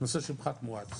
נושא של פחת מואץ.